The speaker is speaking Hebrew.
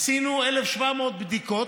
עשינו 1,700 בדיקות,